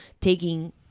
taking